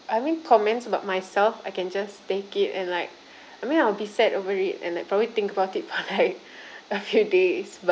I mean comments about myself I can just take it and like I mean I'll be sad over it and like probably think about it for like a few days but